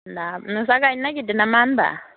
दा नोंस्रा गायनो नागिरदो नामा होनब्ला